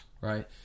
Right